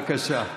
בבקשה,